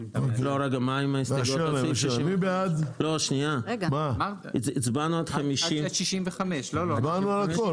רגע שנייה הצבענו עד 60. הצבענו על הכל.